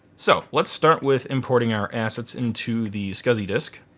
so let's start with importing our assets into the scsi disk.